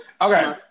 Okay